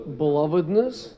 belovedness